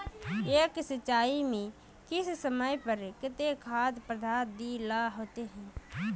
एक सिंचाई में किस समय पर केते खाद पदार्थ दे ला होते?